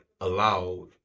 allowed